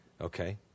Okay